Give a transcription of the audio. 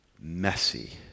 messy